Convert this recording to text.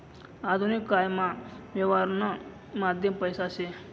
आधुनिक कायमा यवहारनं माध्यम पैसा शे